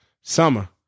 Summer